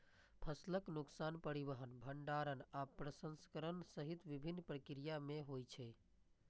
फसलक नुकसान परिवहन, भंंडारण आ प्रसंस्करण सहित विभिन्न प्रक्रिया मे होइ छै